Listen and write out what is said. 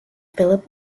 philip